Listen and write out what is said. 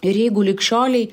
ir jeigu lig šiolei